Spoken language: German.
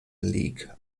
league